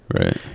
Right